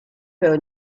pero